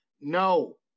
no